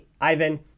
Ivan